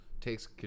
takes